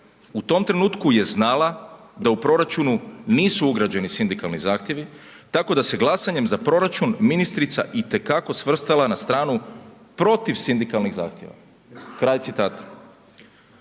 U tom trenutku je zala da u proračunu nisu ugrađeni sindikalni zahtjevi tako da se glasanjem za proračun, ministrica itekako svrstala na stranu protiv sindikalnih zahtjeva.“ Akademik